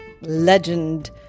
legend